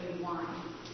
wine